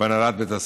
והנהלת בית הספר.